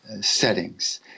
settings